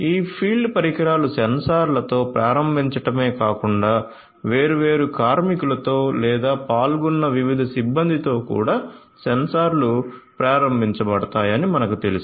ఈ ఫీల్డ్ పరికరాలు సెన్సార్లతో ప్రారంభించబడటమే కాకుండా వేర్వేరు కార్మికులతో లేదా పాల్గొన్న వివిధ సిబ్బందితో కూడా సెన్సార్లు ప్రారంభించబడతాయని మనకు తెలుసు